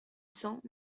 cents